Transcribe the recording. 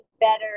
better